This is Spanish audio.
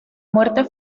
muerte